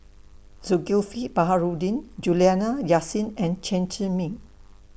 Zulkifli Baharudin Juliana Yasin and Chen Zhiming